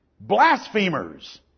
blasphemers